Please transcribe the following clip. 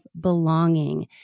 Belonging